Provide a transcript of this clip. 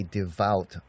devout